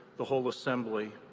the whole assembly.